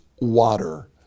water